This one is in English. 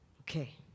Okay